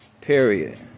period